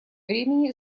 времени